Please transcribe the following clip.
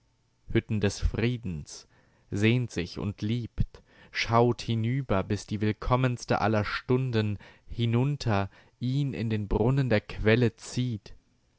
hütten des friedens sehnt sich und liebt schaut hinüber bis die willkommenste aller stunden hinunter ihn in den brunnen der quelle zieht